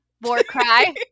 Warcry